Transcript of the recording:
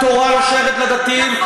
התורה לא שייכת לדתיים,